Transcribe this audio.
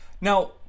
Now